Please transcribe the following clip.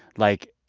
like,